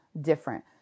different